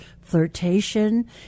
flirtation